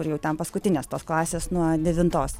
kur jau ten paskutines tos klasės nuo devintos